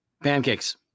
pancakes